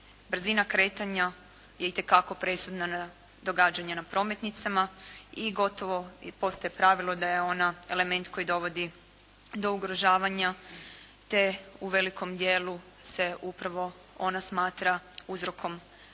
brzina kretanja je itekako presudna na događanja na prometnicama i gotovo postaje pravilo da je ona element koji dovodi do ugrožavanja te u velikom dijelu se upravo ona smatra uzrokom nezgoda